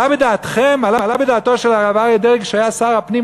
עלה בדעתו של הרב אריה דרעי כשהיה שר הפנים